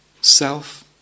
self